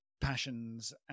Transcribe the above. passions